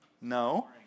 No